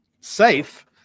safe